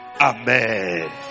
Amen